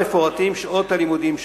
ומפורטות בה שעות הלימודים שלו.